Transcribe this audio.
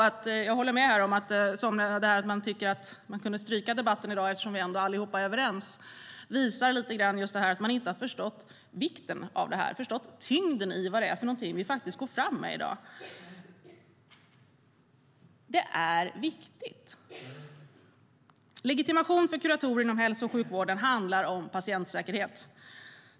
Att somliga tycker att vi kunde ha strukit dagens debatt eftersom vi alla är överens visar att de inte har förstått vikten av detta och tyngden i det vi faktiskt går fram med i dag. Detta är viktigt. Legitimation för kuratorer inom hälso och sjukvården handlar om patientsäkerhet.